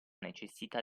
necessità